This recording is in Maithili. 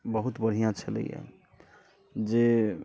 बहुत बढ़िआँ छलैया जे